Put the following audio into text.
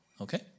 Okay